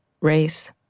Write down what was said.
race